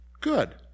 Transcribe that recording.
good